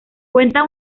cuenta